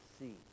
see